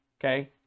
okay